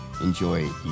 enjoy